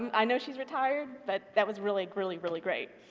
i know she's retired but that was really, really, really great.